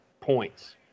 points